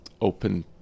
open